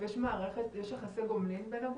ויש יחסי גומלין בין הגופים,